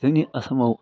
जोंनि आसामाव